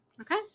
okay